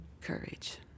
courage